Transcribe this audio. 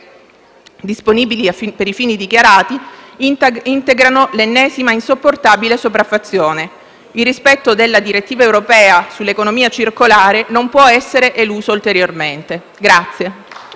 disponibili per i fini dichiarati, integrano l'ennesima insopportabile sopraffazione. Il rispetto della direttiva europea sull'economia circolare non può essere eluso ulteriormente.